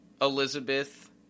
Elizabeth